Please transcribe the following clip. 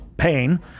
Pain